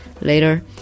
Later